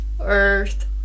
Earth